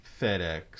FedEx